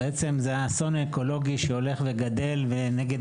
בעצם זה האסון האקולוגי שהולך וגדל נגד